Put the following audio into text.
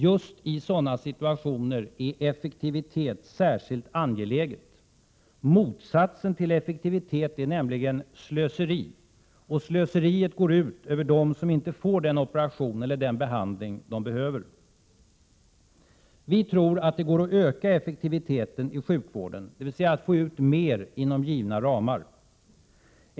Just i sådana situationer är effektivitet särskilt angeläget. Motsatsen till effektivitet är nämligen slöseri, och slöseriet går ut över dem som inte får den operation eller den behandling de behöver. Vi tror att det går att öka effektiviteten i sjukvården, dvs. att få ut mer inom givna ramar.